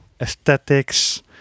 aesthetics